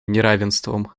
неравенством